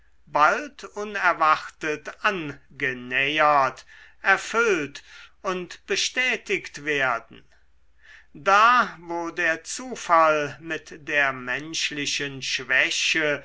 bald unerwartet angenähert erfüllt und bestätigt werden da wo der zufall mit der menschlichen schwäche